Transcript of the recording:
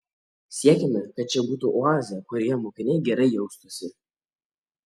siekiame kad čia būtų oazė kurioje mokiniai gerai jaustųsi